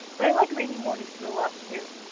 but i like rainy mornings real well, too.